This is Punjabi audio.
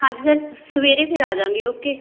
ਹਾਂਜੀ ਸਰ ਸਵੇਰੇ ਫਿਰ ਆਜਾਂਗੀ ਓਕੇ